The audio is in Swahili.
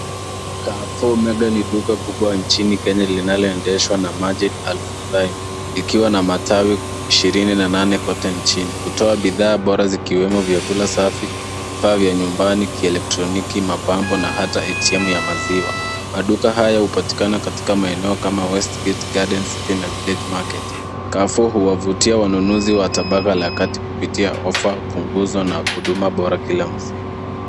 Carrefour mega ni duka kubwa nchini Kenya linaloendeshwa na Majid Al Futtaim na matawi ishirini na nane kote nchini. Hutoa bidhaa bora vikiwemo vyakula safi, bidhaa za nyumbani, kielektroniki, mapambo na hata ATM ya maziwa. Maduka haya hupatikana katika maeneo kama vile Westagate, Garden City na Village Market. Carrefour huwavutia wanunuzi wa tabaka la kati kupitia ofa pungufu na huduma bora kila msimu.